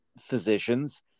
physicians